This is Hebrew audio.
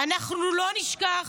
אנחנו לא נשכח